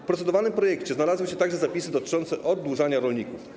W procedowanym projekcie znalazły się także zapisy dotyczące oddłużania rolników.